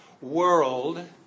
world